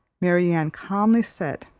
marianne calmly said,